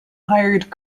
hired